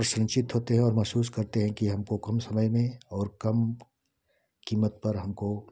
प्रसन्नचित होते हैं और महसूस करते हैं कि हमको कम समय में और कम क़ीमत पर हमको